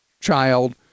child